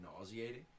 nauseating